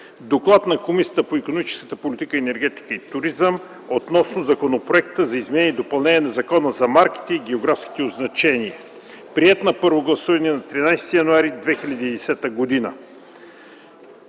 „ДОКЛАД от Комисията по икономическата политика, енергетика и туризъм относно Законопроекта за изменение и допълнение на Закона за марките и географските означения, приет на първо гласуване на 13 януари 2010 г.